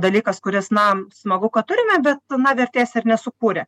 dalykas kuris na smagu kad turime bet na vertės ir nesukūrė